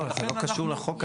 לא, זה לא קשור לחוק הזה.